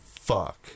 Fuck